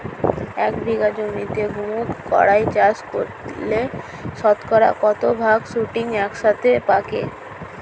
এক বিঘা জমিতে মুঘ কলাই চাষ করলে শতকরা কত ভাগ শুটিং একসাথে পাকে?